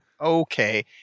Okay